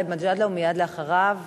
התשס"ט 2009, מהוועדה לקידום מעמד האשה לוועדת